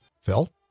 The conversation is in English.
phil